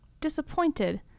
disappointed